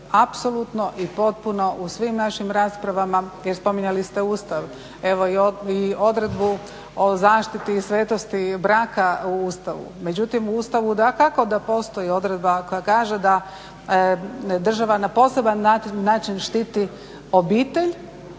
apsolutno i potpuno u svim našim raspravama, jel spominjali ste Ustav i odredbu o zaštiti i svetosti braka u Ustavu, međutim u Ustavu dakako da postoji odredba koja kaže da država na poseban način štiti obitelj